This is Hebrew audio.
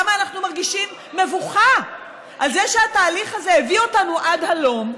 כמה אנחנו מרגישים מבוכה על זה שהתהליך הזה הביא אותנו עד הלום.